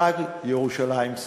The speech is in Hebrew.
חג ירושלים שמח.